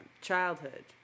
childhood